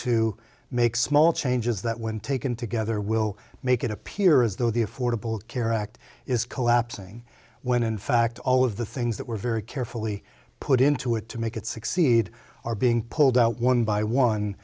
to make small changes that when taken together will make it appear as though the affordable care act is collapsing when in fact all of the things that were very carefully put into it to make it succeed are being pulled out one by one